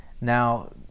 now